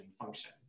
function